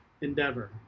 endeavor